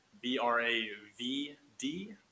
B-R-A-V-D